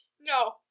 No